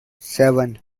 seven